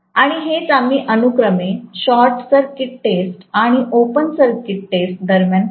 आणि हेच आम्ही अनुक्रमे शॉर्ट सर्किट टेस्ट आणि ओपन सर्किट टेस्ट दरम्यान करतो